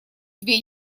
две